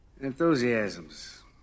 Enthusiasms